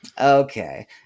okay